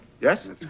Yes